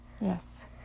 Yes